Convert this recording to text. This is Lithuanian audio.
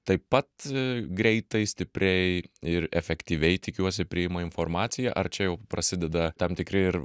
taip pat greitai stipriai ir efektyviai tikiuosi priima informaciją ar čia jau prasideda tam tikri ir